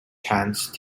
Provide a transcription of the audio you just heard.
chance